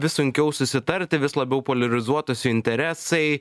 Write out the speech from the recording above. vis sunkiau susitarti vis labiau poliarizuotųsi jų interesai